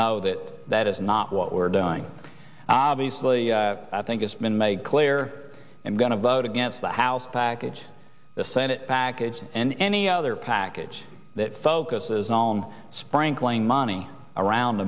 know that that is not what we're doing obviously i think it's been made clear i'm going to vote against the house package the senate package and any other package that focuses on sprinkling money around